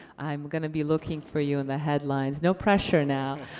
i'm gonna be looking for you in the headlines. no pressure, now.